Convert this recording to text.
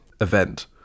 event